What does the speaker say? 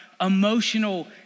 emotional